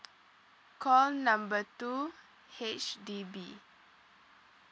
call number two H_D_B